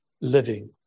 living